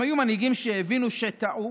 הם היו מבינים שהבינו שטעו